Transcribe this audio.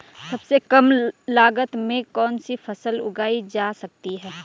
सबसे कम लागत में कौन सी फसल उगाई जा सकती है